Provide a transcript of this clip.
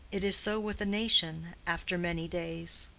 it is so with a nation after many days.